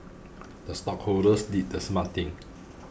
the stockholders did the smart thing